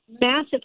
massive